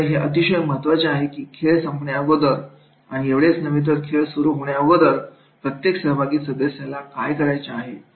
त्यामुळे हे अतिशय महत्त्वाचं आहे कि खेळ संपण्याच्या अगोदर आणि एवढेच नव्हे तर खेळ सुरू होण्याअगोदर प्रत्येक सहभागी सदस्यांला काय करायचे आहे